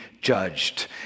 judged